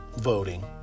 Voting